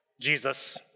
Jesus